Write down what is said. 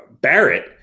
Barrett